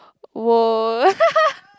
!wow!